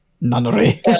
nunnery